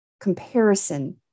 comparison